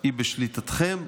היא בשליטתכם,